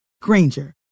Granger